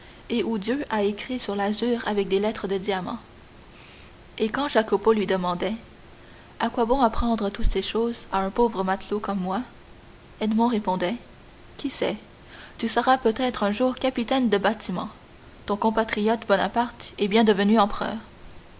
et où dieu a écrit sur l'azur avec des lettres de diamant et quand jacopo lui demandait à quoi bon apprendre toutes ces choses à un pauvre matelot comme moi edmond répondait qui sait tu seras peut-être un jour capitaine de bâtiment ton compatriote bonaparte est bien devenu empereur